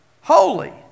holy